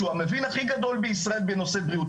שהוא המבין הכי גדול בישראל בנושא בריאות,